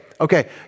okay